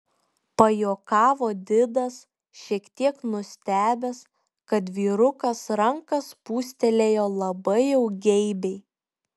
pajuokavo didas šiek tiek nustebęs kad vyrukas ranką spūstelėjo labai jau geibiai